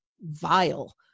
vile